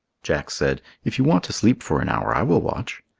jack said, if you want to sleep for an hour, i will watch.